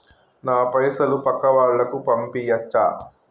నా పైసలు పక్కా వాళ్ళకు పంపియాచ్చా?